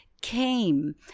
came